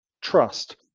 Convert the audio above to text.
trust